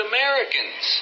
Americans